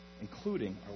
including